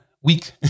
week